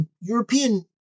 European